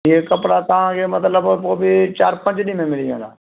हीअ कपिड़ा तंव्हांखे मतिलबु पोइ बि चारि पंज ॾींहं में मिली वेंदा